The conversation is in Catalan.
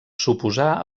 suposà